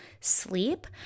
sleep